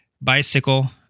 bicycle